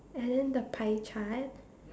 and then the pie chart